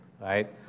right